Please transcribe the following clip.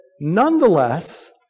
nonetheless